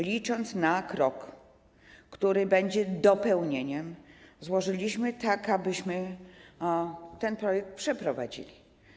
Licząc na krok, który będzie dopełnieniem, złożyliśmy to tak, abyśmy ten projekt przeprowadzili.